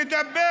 תעלה.